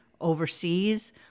overseas